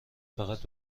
فقط